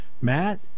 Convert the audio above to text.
Matt